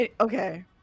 Okay